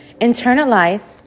internalize